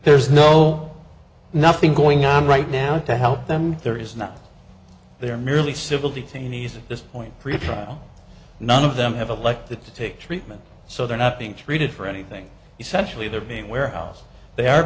there's no nothing going on right now to help them there is not they are merely civil detainees at this point pretrial none of them have elected to take treatment so they're not being treated for anything you sexually they're being warehoused they are